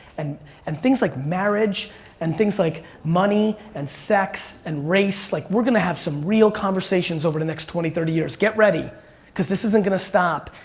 and and things like marriage and things like money and sex and race, like we're gonna have some real conversations over the next twenty thirty years, get ready cause this isn't gonna stop.